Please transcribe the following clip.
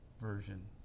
version